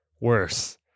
worse